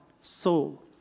soul